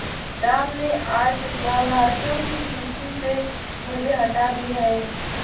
राम ने आज लाभार्थियों की सूची से मुझे हटा दिया है